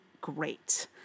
great